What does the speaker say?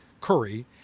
curry